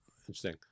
Interesting